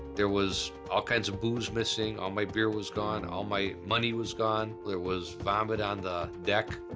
there was all kinds of booze missing. all my beer was gone. all my money was gone. there was vomit on the deck.